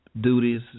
duties